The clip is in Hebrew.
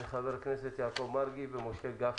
של חבר הכנסת יעקב מרגי ומשה גפני.